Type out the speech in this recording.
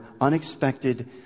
unexpected